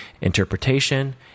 interpretation